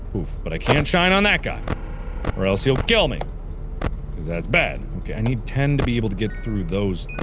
oof, but i can't shine on that guy or else he'll kill me. cause that's bad. okay i need ten to be able to get through those.